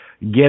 get